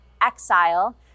exile